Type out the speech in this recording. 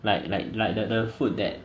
like like like the the food that